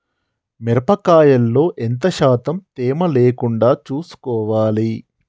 మిరప కాయల్లో ఎంత శాతం తేమ లేకుండా చూసుకోవాలి?